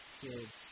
kids